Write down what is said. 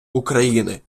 україни